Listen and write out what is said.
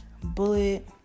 bullet